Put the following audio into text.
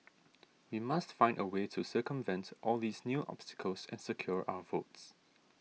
we must find a way to circumvents all these new obstacles and secure our votes